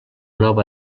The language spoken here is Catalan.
nova